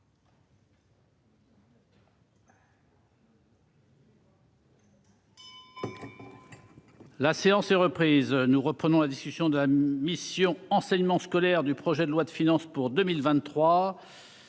La séance est reprise, nous reprenons la discussion de la mission enseignement scolaire du projet de loi de finances pour 2000